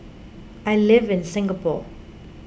I live in Singapore